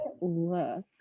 look